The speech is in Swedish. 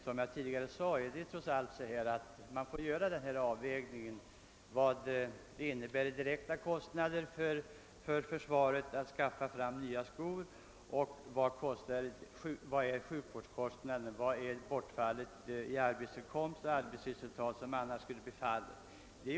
Som jag också framhållit måste man göra en avvägning mellan de direkta merkostnader det innebär för försvaret att skaffa fram nya skor och de minskade kostnader försvaret åsamkas i fråga om sjukvård.